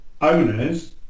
owners